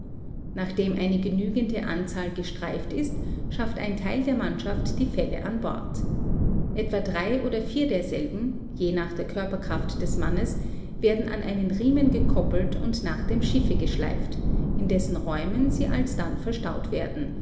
nachdem eine genügende anzahl gestreift ist schafft ein teil der mannschaft die felle an bord etwa drei oder vier derselben je nach der körperkraft des mannes werden an einen riemen gekoppelt und nach dem schiffe geschleift in dessen räumen sie alsdann verstaut werden